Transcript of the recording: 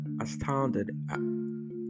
astounded